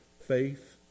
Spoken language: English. faith